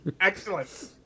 Excellent